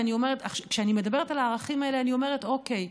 כשאני מדברת על הערכים האלה אני אומרת: אוקיי,